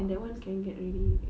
and that one can get really